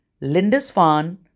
Lindisfarne